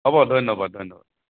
হ'ব ধন্যবাদ ধন্যবাদ